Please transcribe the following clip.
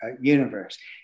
universe